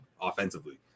offensively